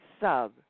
sub